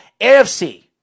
AFC